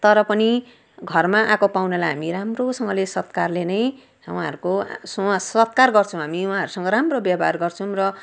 तर पनि घरमा आएको पाहुनालाई हामी राम्रोसँगले सत्कारले नै उहाँहरूको स सत्कार गर्छौँ हामी हामी उहाँहरूसँग राम्रो व्यवहार गर्छौं र